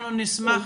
אנחנו נפנה,